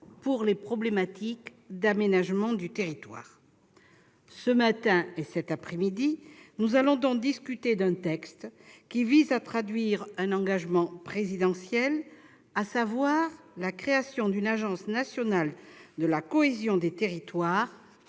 aux problématiques d'aménagement du territoire. Ce matin et cet après-midi, nous allons discuter d'une proposition de loi qui vise à traduire un engagement présidentiel, à savoir la création d'une agence nationale de la cohésion des territoires